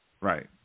Right